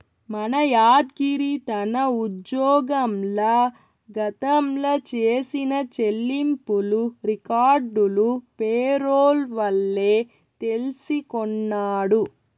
మన యాద్గిరి తన ఉజ్జోగంల గతంల చేసిన చెల్లింపులు రికార్డులు పేరోల్ వల్లే తెల్సికొన్నాడు